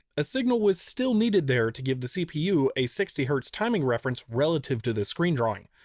a signal was still needed there to give the cpu a sixty hz timing reference relative to the screen drawing.